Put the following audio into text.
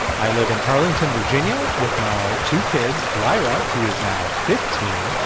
i live in arlington, virginia, with my two kids, lyra, who is now fifteen,